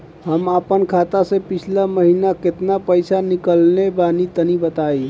हम आपन खाता से पिछला महीना केतना पईसा निकलने बानि तनि बताईं?